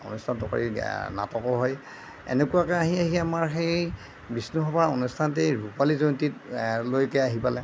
অনুষ্ঠানটো কৰি নাটকো হয় এনেকুৱাকৈ আহি আহি আমাৰ সেই বিষ্ণুসভাৰ অনুষ্ঠানটিৰ ৰূপালী জয়ন্তী লৈকে আহি পালে